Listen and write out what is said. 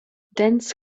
dense